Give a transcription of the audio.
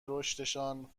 رشدشان